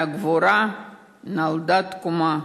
מהגבורה נולדה תקומה.